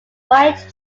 white